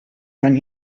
man